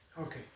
Okay